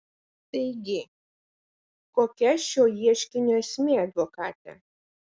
taigi kokia šio ieškinio esmė advokate